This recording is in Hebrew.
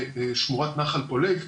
ובין שמורת נחל פולג.